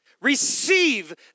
Receive